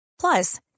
Plus